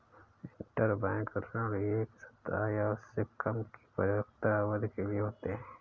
interbank ऋण एक सप्ताह या उससे कम की परिपक्वता अवधि के लिए होते हैं